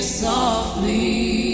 softly